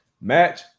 Match